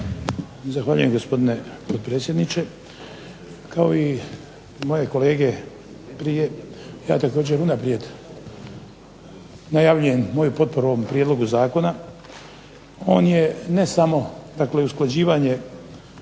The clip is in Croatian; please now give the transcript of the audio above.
Zahvaljujem gospodine potpredsjedniče. Kao i moje kolege prije ja taj slučaj unaprijed najavljujem moju potporu ovom prijedlogu zakona. On je ne samo dakle usklađivanje